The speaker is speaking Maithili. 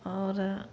आओर